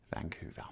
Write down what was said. Vancouver